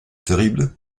terrible